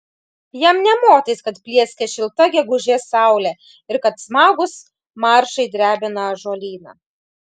jam nė motais kad plieskia šilta gegužės saulė ir kad smagūs maršai drebina ąžuolyną